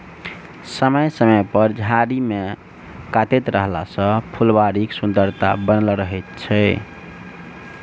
समय समय पर झाड़ी के काटैत रहला सॅ फूलबाड़ीक सुन्दरता बनल रहैत छै